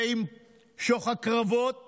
ועם שוך הקרבות